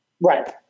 Right